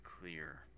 clear